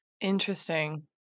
Interesting